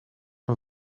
van